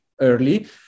early